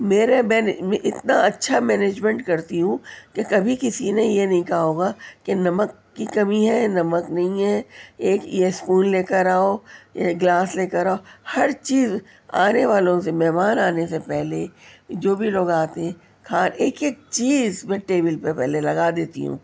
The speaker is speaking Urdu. میرے مینیج میں اتنا اچھا مینجمینٹ کرتی ہوں کہ کبھی کسی نے یہ نہیں کہا ہوگا کہ نمک کی کمی ہے یا نمک نہیں ہے ایک یہ اسپون لے کر آؤ یا گلاس لے کر آؤ ہر چیز آنے والوں سے مہمان آنے سے پہلے جو بھی لوگ آتے ہیں کھانے ایک ایک چیز میں ٹیبل پہ پہلے لگا دیتی ہو ں